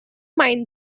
mind